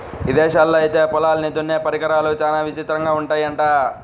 ఇదేశాల్లో ఐతే పొలాల్ని దున్నే పరికరాలు చానా విచిత్రంగా ఉంటయ్యంట